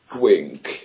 wink